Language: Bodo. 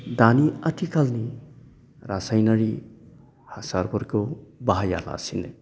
दानि आथिखालनि रासायनारि हासारफोरखौ बाहाया लासिनो